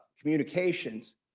communications